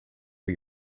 for